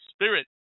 Spirit